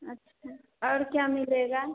अच्छा और क्या मिलेगा